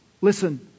Listen